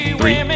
three